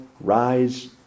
Rise